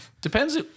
Depends